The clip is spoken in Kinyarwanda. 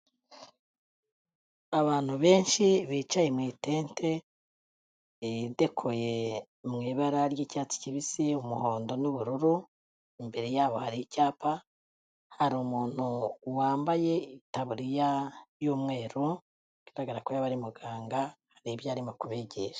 Abantu benshi bicaye mu itente, idekoye mu ibara ry'icyatsi kibisi, umuhondo n'ubururu, imbere yabo hari icyapa, hari umuntu wambaye itaburiya y'umweru, bigaragara ko yaba ari muganga hari ibyo arimo kubigisha.